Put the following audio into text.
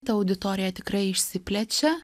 ta auditorija tikrai išsiplečia